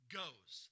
goes